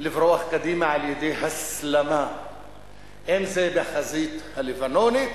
לברוח קדימה על-ידי הסלמה, אם זה בחזית הלבנונית